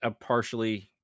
partially